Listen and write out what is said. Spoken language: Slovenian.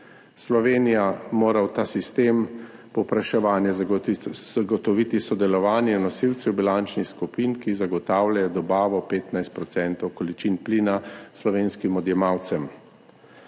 Slovenija mora v ta sistem povpraševanja za zagotoviti sodelovanje nosilcev bilančnih skupin, ki zagotavljajo dobavo 15 % količin plina slovenskim odjemalcem.